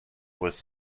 was